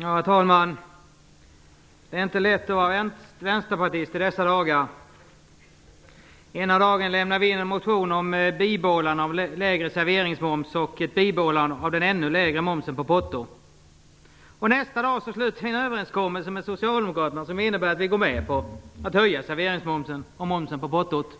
Herr talman! Det är inte lätt att vara vänsterpartist i dessa dagar. Ena dagen lämnar vi in en motion om bibehållande av en lägre serveringsmoms och ett bibehållande av den ännu lägre momsen på porto. Nästa dag sluter vi en överenskommelse med socialdemokraterna som innebär att vi går med på att höja serveringsmomsen och momsen på portot.